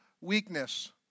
weakness